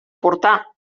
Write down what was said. portar